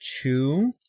two